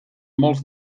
molts